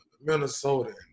Minnesota